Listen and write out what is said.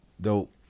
Dope